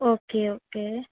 okay okay